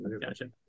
gotcha